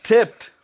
Tipped